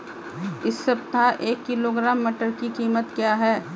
इस सप्ताह एक किलोग्राम मटर की कीमत क्या है?